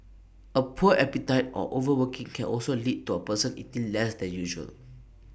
A poor appetite or overworking can also lead to A person eating less than usual